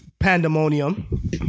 Pandemonium